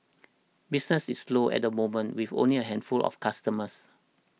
business is slow at the moment with only a handful of customers